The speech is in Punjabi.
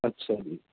ਅੱਛਾ ਜੀ